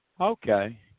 Okay